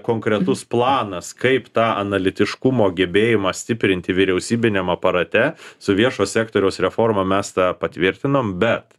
konkretus planas kaip tą analitiškumo gebėjimą stiprinti vyriausybiniam aparate su viešo sektoriaus reforma mes tą patvirtinom bet